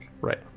Right